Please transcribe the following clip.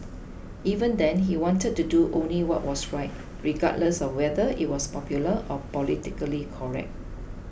even then he wanted to do only what was right regardless of whether it was popular or politically correct